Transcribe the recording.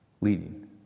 leading